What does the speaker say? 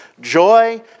joy